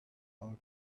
heart